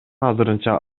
азырынча